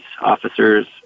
officers